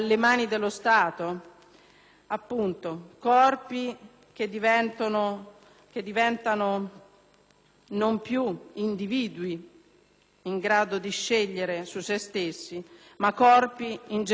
appunto - corpi che non sono più individui in grado di scegliere su se stessi, ma corpi in gestione al Governo.